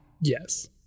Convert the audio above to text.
Yes